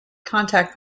contact